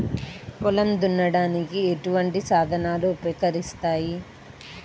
పొలం దున్నడానికి ఎటువంటి సాధనాలు ఉపకరిస్తాయి?